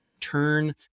turn